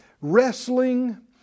wrestling